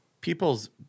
people's